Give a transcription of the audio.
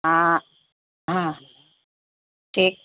ہاں ہاں ٹھیک